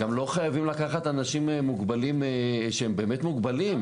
גם לא חייבים לקחת אנשים מוגבלים שהם באמת מוגבלים,